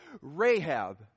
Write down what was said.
Rahab